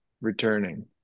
returning